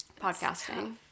Podcasting